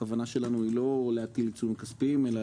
הכוונה שלנו היא לא להטיל עיצומים כספיים אלא